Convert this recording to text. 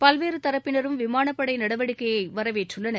பல்வேறு தரப்பினரும் விமானப்படை நடவடிக்கையை வரவேற்றுள்ளனர்